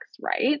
right